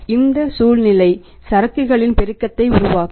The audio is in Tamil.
எனவே இந்த சூழ்நிலை சரக்குகளின் பெருக்கத்தை உருவாக்கும்